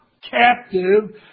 captive